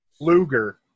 Luger